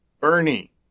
Bernie